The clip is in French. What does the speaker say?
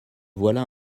voilà